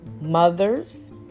mothers